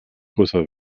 größer